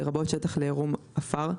לרבות שטח לעירום עפר,